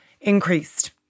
increased